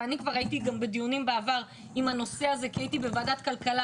ואני כבר הייתי גם בדיונים בעבר עם הנושא הזה כי הייתי בוועדת כלכלה